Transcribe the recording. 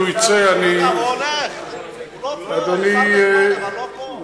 ברגע שהוא יצא, הוא הולך, הוא לא פה.